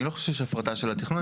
אני לא חושב שזו הפרטה של התכנון,